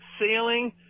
sailing